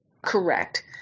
Correct